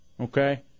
Okay